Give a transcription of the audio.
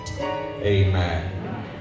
amen